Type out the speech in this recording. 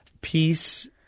peace